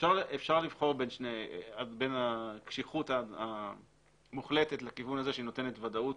אפשר לבחור בין הקשיחות המוחלטת לכיוון הזה שהיא נותנת ודאות